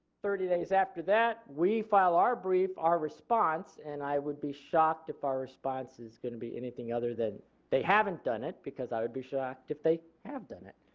thirty days after that we file our brief, our response and i would be shocked if our response is going to be anything other than they haven't done it because i would be shocked if they have done it.